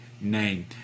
name